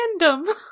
random